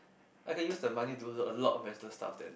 I can use the money to do a lot of better stuff than